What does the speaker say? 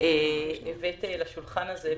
הבאת לשולחן הזה,